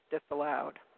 disallowed